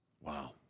Wow